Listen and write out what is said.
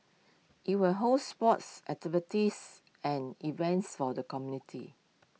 IT will host sports activities and events for the community